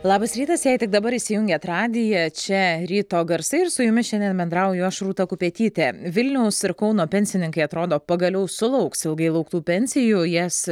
labas rytas jei tik dabar įsijungiate radiją čia ryto garsai ir su jumis šiandien bendrauju aš rūta kupetytė vilniaus ir kauno pensininkai atrodo pagaliau sulauks ilgai lauktų pensijų jas